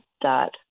dot